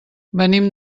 venim